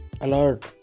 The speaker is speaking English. alert